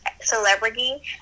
celebrity